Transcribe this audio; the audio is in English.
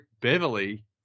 Beverly